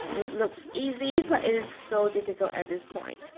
this looks easy but it is so difficult at this point,